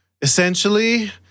essentially